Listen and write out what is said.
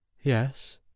Yes